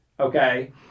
Okay